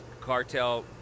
cartel